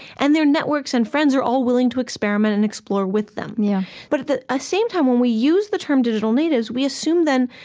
and their networks and friends are all willing to experiment and explore with them yeah but at the ah same time, when we use the term digital natives, we assume, then,